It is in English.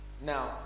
Now